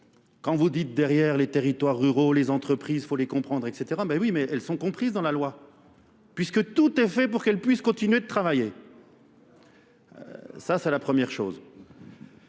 quand vous dites derrière les territoires ruraux, les entreprises, faut les comprendre, etc., ben oui, mais elles sont comprises dans la loi, puisque tout est fait pour qu'elles puissent continuer de travailler. Ça, c'est la première chose.